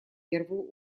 первую